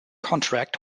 contract